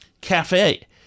cafe